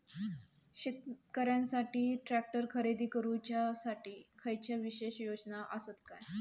शेतकऱ्यांकसाठी ट्रॅक्टर खरेदी करुच्या साठी खयच्या विशेष योजना असात काय?